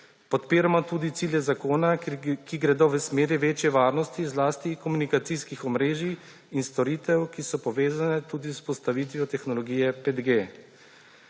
Podpiramo tudi cilje zakona, ki gredo v smeri večje varnosti, zlasti komunikacijskih omrežij in storitev, ki so povezane tudi z vzpostavitvijo tehnologije 5G.